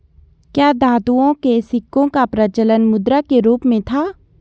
क्या धातुओं के सिक्कों का प्रचलन मुद्रा के रूप में था?